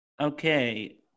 Okay